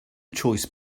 choice